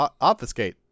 obfuscate